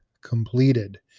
completed